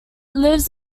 lives